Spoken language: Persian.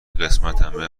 قسمتمه